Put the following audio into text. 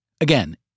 Again